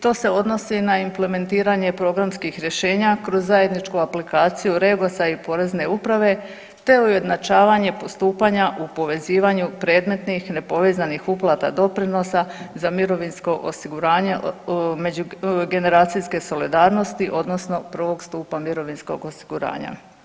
To se odnosi na implementiranje programskih rješenja kroz zajedničku aplikaciju REGOS-a i Porezne uprave te ujednačavanje postupanja u povezivanju predmetnih nepovezanih uplata doprinosa za mirovinsko osiguranje međugeneracijske solidarnosti odnosno prvog stupa mirovinskog osiguranja.